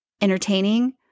entertaining